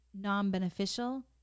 non-beneficial